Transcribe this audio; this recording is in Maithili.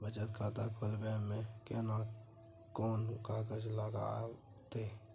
बचत खाता खोलबै में केना कोन कागज लागतै?